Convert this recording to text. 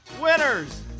winners